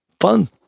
fun